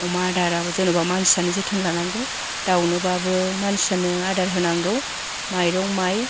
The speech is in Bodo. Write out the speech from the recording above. अमा आदाराबो जेनोबा मोनसियानो जोथोन लानांगौ दाउनोबाबो मानसियानो आदार होनांगौ माइरं माइ